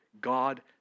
God